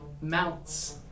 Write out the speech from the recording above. mounts